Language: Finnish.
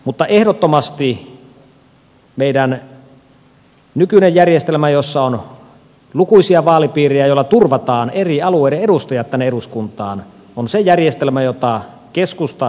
mutta ehdottomasti meidän nykyinen järjestelmä jossa on lukuisia vaalipiirejä jolla turvataan eri alueiden edustajat tänne eduskuntaan on se järjestelmä jota keskusta kannattaa